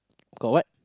got what